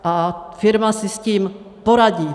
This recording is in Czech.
A firma si s tím poradí.